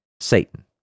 Satan